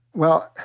well,